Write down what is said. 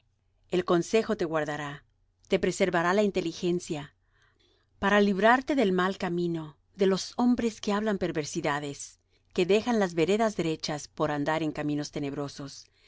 el consejo te guardará te preservará la inteligencia para librarte del mal camino de los hombres que hablan perversidades que dejan las veredas derechas por andar en caminos tenebrosos